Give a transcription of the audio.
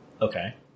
Okay